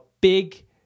big